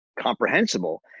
Comprehensible